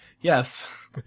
yes